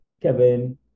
kevin